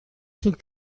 sul